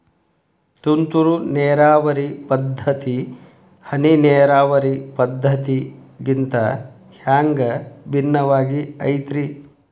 ತುಂತುರು ನೇರಾವರಿ ಪದ್ಧತಿ, ಹನಿ ನೇರಾವರಿ ಪದ್ಧತಿಗಿಂತ ಹ್ಯಾಂಗ ಭಿನ್ನವಾಗಿ ಐತ್ರಿ?